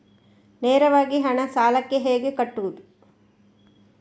ನೇರವಾಗಿ ಹಣ ಸಾಲಕ್ಕೆ ಹೇಗೆ ಕಟ್ಟುವುದು?